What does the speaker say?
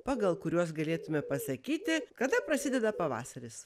pagal kuriuos galėtume pasakyti kada prasideda pavasaris